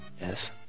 Yes